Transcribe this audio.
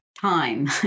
time